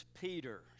Peter